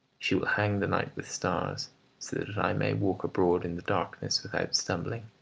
she will hang the night with stars so that i may walk abroad in the darkness without stumbling,